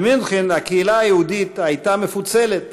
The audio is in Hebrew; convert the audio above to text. במינכן הקהילה היהודית הייתה מפוצלת,